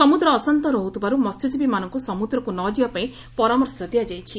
ସମୁଦ୍ର ଅଶାନ୍ନ ରହୁଥିବାରୁ ମହ୍ୟଜୀବୀମାନଙ୍ଙୁ ସମୁଦ୍ରକୁ ନ ଯିବା ପାଇଁ ପରାମର୍ଶ ଦିଆଯାଇଛି